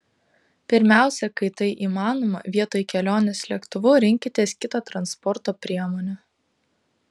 pirmiausia kai tai įmanoma vietoj kelionės lėktuvu rinkitės kitą transporto priemonę